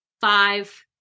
five